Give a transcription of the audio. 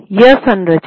वह संरचना है